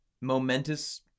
momentous